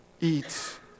eat